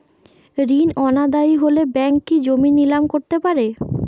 ঋণ অনাদায়ি হলে ব্যাঙ্ক কি জমি নিলাম করতে পারে?